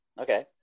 Okay